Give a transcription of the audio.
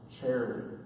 charity